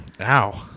Ow